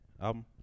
album